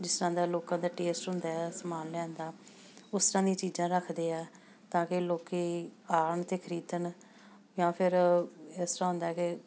ਜਿਸ ਤਰ੍ਹਾਂ ਦਾ ਲੋਕਾਂ ਦਾ ਟੇਸਟ ਹੁੰਦਾ ਸਮਾਨ ਲਿਆਂਦਾ ਉਸ ਤਰ੍ਹਾਂ ਦੀਆਂ ਚੀਜ਼ਾਂ ਰੱਖਦੇ ਆ ਤਾਂ ਕਿ ਲੋਕ ਆਉਣ ਅਤੇ ਖਰੀਦਣ ਜਾਂ ਫਿਰ ਇਸ ਤਰ੍ਹਾਂ ਹੁੰਦਾ ਕਿ